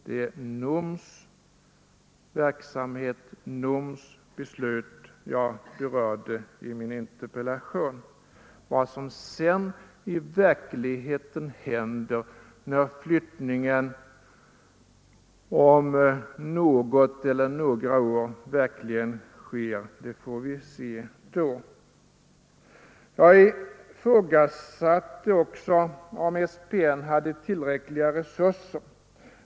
Det är NOM:s verksamhet, NOM:s beslut, jag berörde i min interpellation. Vad som sedan i verkligheten händer, hur många som flyttar när flyttningen om något eller några år verkligen sker, det får vi se då. Jag ifrågasatte också om SPN hade tillräckliga resurser.